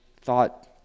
thought